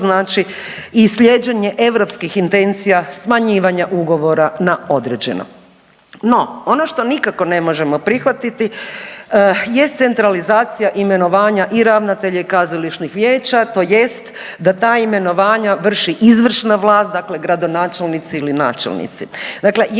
što znači i slijeđenje europskih intencija smanjivanja ugovora na određeno. No, ono što nikako ne možemo prihvatiti jest centralizacija imenovanja i ravnatelja i kazališnih vijeća tj. da ta imenovanja vrši izvršna vlast, dakle gradonačelnici ili načelnici.